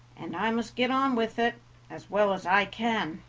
and i must get on with it as well as i can.